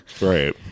Right